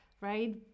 right